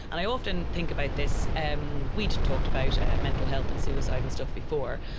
and i often think about this. and we talked about mental health and suicide and stuff before.